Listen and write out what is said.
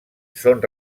són